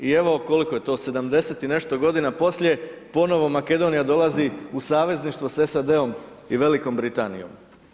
I evo, koliko je to 70 i nešto godina poslije, ponovo Makedonija dolazi u savezništvo sa SAD-om i Velikom Britanijom.